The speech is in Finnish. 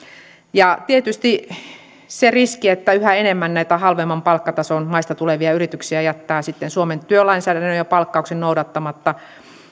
ja tietysti on se riski että yhä enemmän nämä halvemman palkkatason maista tulevat yritykset jättävät sitten suomen työlainsäädäntöä ja palkkausta noudattamatta